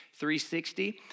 360